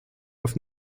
auf